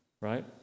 right